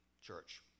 church